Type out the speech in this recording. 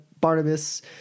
Barnabas